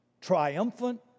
Triumphant